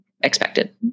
expected